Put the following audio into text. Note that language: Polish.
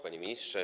Panie Ministrze!